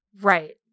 Right